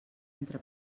entre